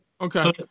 Okay